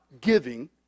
giving